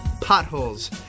potholes